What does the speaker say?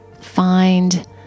Find